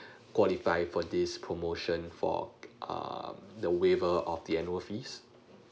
qualify for this promotion for err the waiver of the annual fees